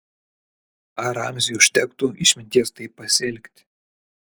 ar ramziui užtektų išminties taip pasielgti